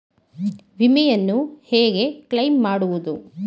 ವಿಮೆಯನ್ನು ಹೇಗೆ ಕ್ಲೈಮ್ ಮಾಡುವುದು?